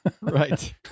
right